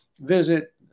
visit